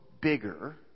bigger